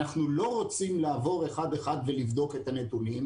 אנחנו לא רוצים לעבור אחד אחד ולבדוק את הנתונים,